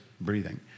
breathing